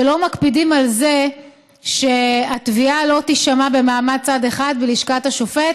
שלא מקפידים על זה שהתביעה לא תישמע במעמד צד אחד בלשכת השופט